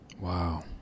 Wow